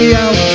out